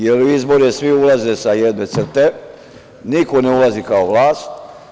Jer, u izbore svi ulaze sa jedne crte, niko ne ulazi kao vlast.